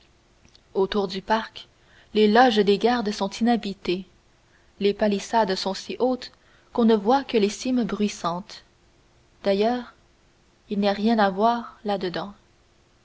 autour du parc les loges des gardes sont inhabitées les palissades sont si hautes qu'on ne voit que les cimes bruissantes d'ailleurs il n'y a rien à voir